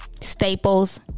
Staples